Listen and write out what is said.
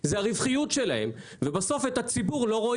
הטעות השנייה זה לאפשר בחקיקה לבנקים לבחור למי הם מקצצים ולמי לא.